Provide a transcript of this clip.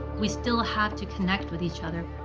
we still have to connect with each other.